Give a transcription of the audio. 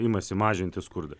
imasi mažinti skurdą